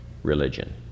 Religion